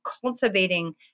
cultivating